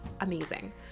amazing